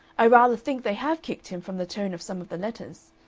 i rather think they have kicked him, from the tone of some of the letters.